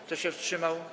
Kto się wstrzymał?